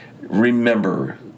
remember